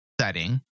setting